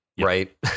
Right